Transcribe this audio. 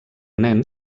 nen